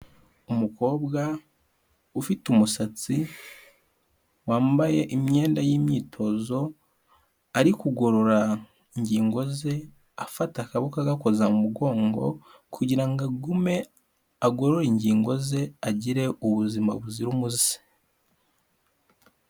Umukobwa ufite umusatsi wambaye imyenda y'imyitozo, ari kugorora ingingo ze afata akaboko agakoza mu mugongo kugira ngo agume agorore ingingo ze agire ubuzima buzira umuze.